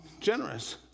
generous